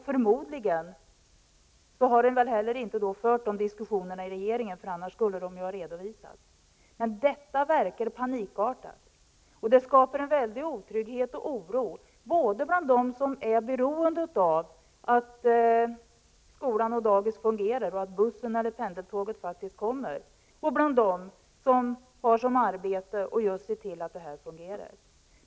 Förmodligen har denna diskussion inte förts i regeringen. I så fall skulle detta ju ha redovisats. Men detta verkar panikartat, och det skapar stor otrygghet och oro, både bland dem som är beroende av att skola och dagis fungerar och att bussen och pendeltåget kommer och bland dem vilkas arbete är att se till att detta fungerar.